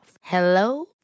Hello